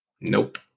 Nope